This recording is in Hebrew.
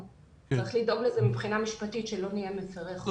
וצריך לדאוג לכך שמבחינה משפטית לא נהיה מפרי חוק.